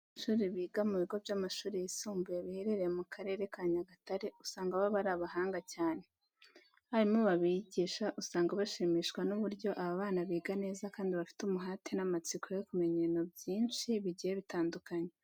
Abanyeshuri biga mu bigo by'amashuri yisumbuye biherereye mu Karere ka Nyagatare usanga baba ari abahanga cyane. Abarimu babigisha usanga bashimishwa n'uburyo aba bana biga neza kandi bafite umuhate n'amatsiko yo kumenya ibintu byinshi bigiye bitandukanye.